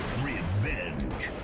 revenge